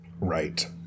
Right